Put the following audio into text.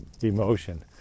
emotion